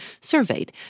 surveyed